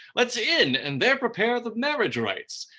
let's in and there prepare the marriage rites,